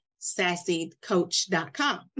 sassycoach.com